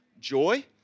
joy